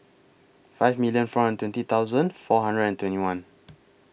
five millon four hundred twenty thousand four hundred and twenty one